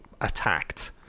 attacked